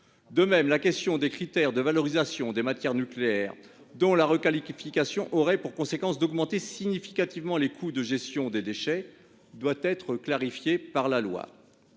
De même, la question des critères de valorisation des matériaux nucléaires, dont la requalification aurait pour conséquence d'augmenter significativement les coûts de gestion des déchets, doit être clarifiée par la loi.